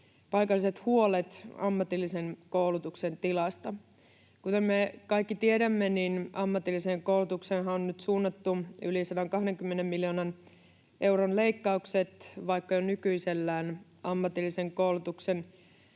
paikalliset huolet ammatillisen koulutuksen tilasta. Kuten me kaikki tiedämme, niin ammatilliseen koulutukseenhan on nyt suunnattu yli 120 miljoonan euron leikkaukset, vaikka jo nykyisellään ammatillista koulutusta